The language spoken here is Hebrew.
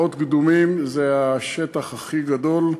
"נאות קדומים" זה השטח הכי גדול,